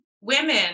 women